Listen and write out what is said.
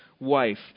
wife